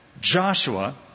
Joshua